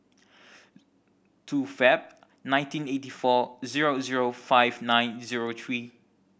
two Feb nineteen eighty four zero zero five nine zero three